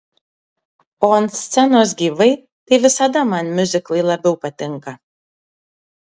o ant scenos gyvai tai visada man miuziklai labiau patinka